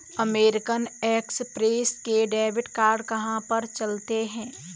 American Express के debit card कहाँ पर चलते हैं?